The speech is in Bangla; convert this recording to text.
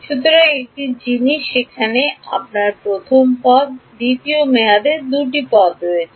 সুতরাং একটি জিনিস এখানে আপনার প্রথম পদ দ্বিতীয় মেয়াদে 2 টি পদ রয়েছে